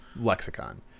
lexicon